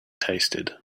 tasted